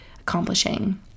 accomplishing